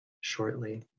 shortly